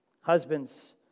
Husbands